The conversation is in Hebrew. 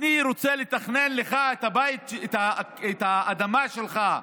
אני רוצה לתכנן לך את האדמה שלך?